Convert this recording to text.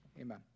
amen